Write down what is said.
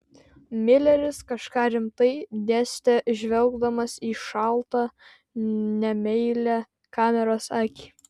mileris kažką rimtai dėstė žvelgdamas į šaltą nemeilią kameros akį